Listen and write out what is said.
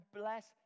bless